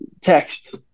text